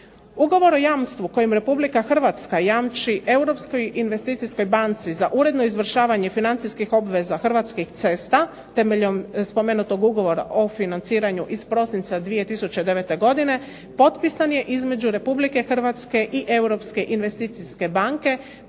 Ugovor o jamstvu kojim Republika Hrvatska jamči Europskoj investicijskoj banci za uredno izvršavanje financijskih obveza Hrvatskih cesta, temeljem spomenutog ugovora o financiranju iz prosinca 2009. godine, potpisan je između Republike Hrvatske i Europske investicijske banke